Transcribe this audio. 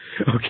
Okay